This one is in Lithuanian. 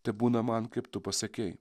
tebūna man kaip tu pasakei